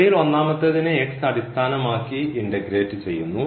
ഇവയിൽ ഒന്നാമത്തെതിനെ അടിസ്ഥാനമാക്കി ഇൻറെഗ്രേറ്റ് ചെയ്യുന്നു